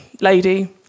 lady